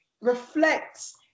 reflects